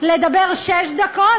לדבר שש דקות,